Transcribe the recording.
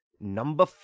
number